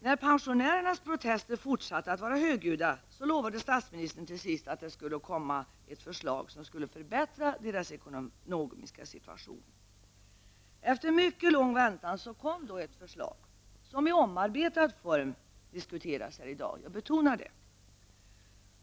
När pensionärernas protester fortsatte att vara högljudda lovade statsministern till sist att det skulle läggas fram ett förslag som skulle förbättra deras ekonomiska situation. Efter mycket lång väntan lades ett förslag fram, som i omarbetad form diskuteras här i dag, vilket jag betonar.